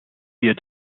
wir